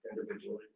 individually